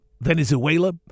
Venezuela